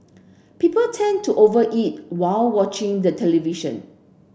people tend to over eat while watching the television